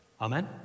Amen